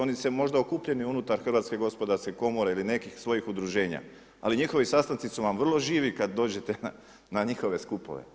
Oni su možda okupljeni unutar Hrvatske gospodarske komore ili nekih svojih udruženja, ali njihovi sastanci su vam vrlo živi kad dođete na njihove skupove.